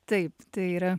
taip tai yra